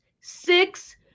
Six